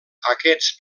aquests